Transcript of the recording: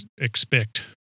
expect